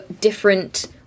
different